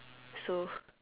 so